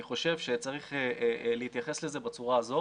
אני חושב שצריך להתייחס לזה בצורה הזו